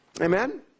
Amen